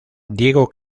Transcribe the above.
diego